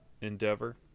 Endeavor